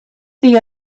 the